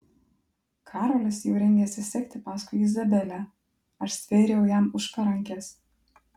karolis jau rengėsi sekti paskui izabelę aš stvėriau jam už parankės